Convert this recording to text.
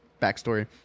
backstory